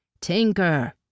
Tinker